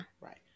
Right